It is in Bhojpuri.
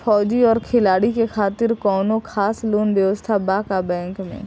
फौजी और खिलाड़ी के खातिर कौनो खास लोन व्यवस्था बा का बैंक में?